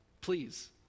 Please